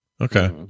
Okay